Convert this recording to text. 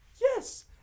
Yes